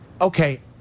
Okay